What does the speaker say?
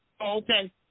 Okay